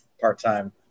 part-time